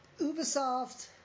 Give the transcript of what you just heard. Ubisoft